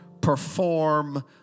perform